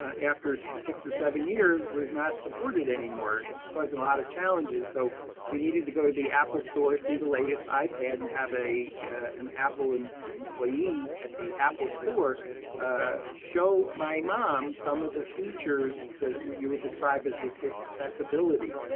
after six or seven years, was not supported anymore, it was causing a lot of challenges, so we needed to go to the apple store, see the latest ipad and have an apple and employee at the apple store ah show my mom some of the features that you would describe as accessibility.